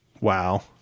wow